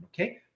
okay